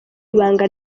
ibanga